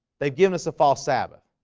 they've given us a false sabbath.